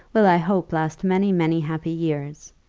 will i hope last many, many happy years.